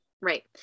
Right